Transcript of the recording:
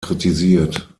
kritisiert